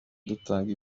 dutanga